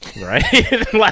Right